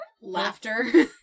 laughter